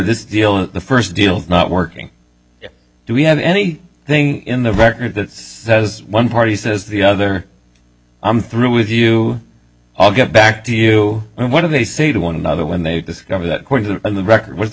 this deal in the first deal not working do we have any thing in the record that's as one party says the other i'm through with you i'll get back to you and what do they say to one another when they discover that on the record was the